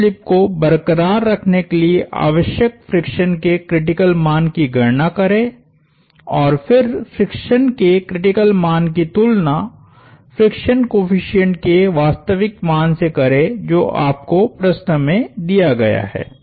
no slip को बरक़रार रखने के लिए आवश्यक फ्रिक्शन के क्रिटिकल मान की गणना करें और फिर फ्रिक्शन के क्रिटिकल मान की तुलना फ्रिक्शन कोएफ़िशिएंट के वास्तविक मान से करें जो आपको प्रश्न में दिया गया है